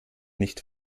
nicht